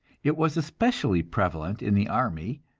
it was especially prevalent in the army,